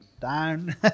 down